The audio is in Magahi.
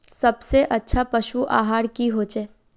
सबसे अच्छा पशु आहार की होचए?